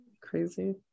Crazy